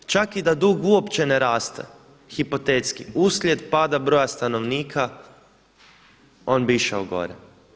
Čak i da dug uopće ne raste hipotetski, uslijed pada broja stanovnika on bi išao gore.